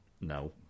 No